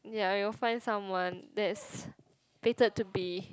ya you'll find someone that's fated to be